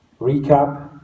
recap